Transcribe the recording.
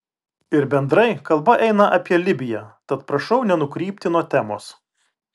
ir bendrai kalba eina apie libiją tad prašau nenukrypti nuo temos